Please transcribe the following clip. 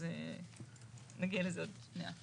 אז נגיע לזה עוד מעט.